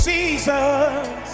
Jesus